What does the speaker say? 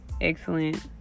excellent